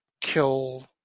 kill